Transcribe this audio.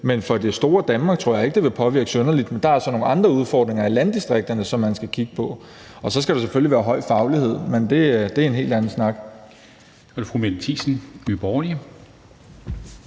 men for Danmark som helhed tror jeg ikke, at det vil have nogen synderlig påvirkning, men der er så nogle andre udfordringer i landdistrikterne, som man skal kigge på. Og så skal der selvfølgelig være høj faglighed, men det er en helt anden snak.